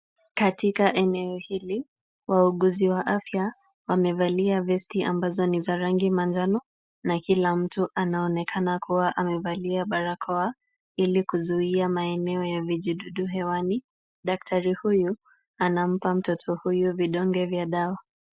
Katika eneo hili, wauguzi wa afya wamevalia vesti ambazo ni za rangi manjano na kila mtu anaonekana kuwa amevalia barakoa, ili kuzuia maeneo ya vijidudu hewani. Daktari huyu anampa mtoto huyu vidonge vya dawa.